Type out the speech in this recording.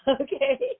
Okay